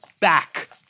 Back